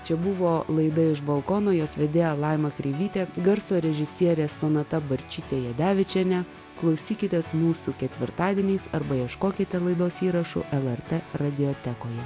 čia buvo laida iš balkono jos vedėja laima kreivytė garso režisierė sonata barčytė jadevičienė klausykitės mūsų ketvirtadieniais arba ieškokite laidos įrašų lrt radiotekoje